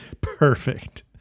Perfect